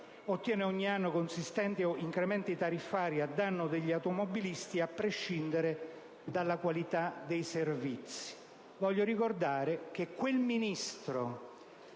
ottiene ogni anno consistenti incrementi tariffari a danno degli automobilisti, a prescindere dalla qualità dei servizi. Voglio ricordare che quel Ministro